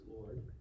Lord